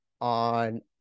on